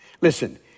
listen